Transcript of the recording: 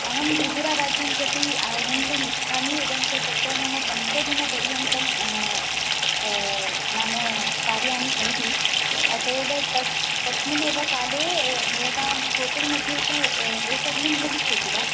अहं त्रिपुराराज्यं प्रति आगन्तुमिच्छामि एवं च तत्र मम पञ्चदिनपर्यन्तं नाम कार्याणि सन्ति अत एव तस् तस्मिन्नेव काले भवतां होटल्मध्ये तु एकं रूम् भविष्यति वा